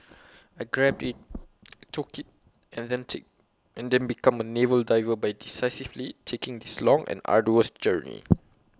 I grabbed IT I took IT and then IT then became A naval diver by decisively taking this long and arduous journey